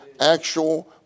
actual